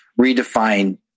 redefine